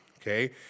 Okay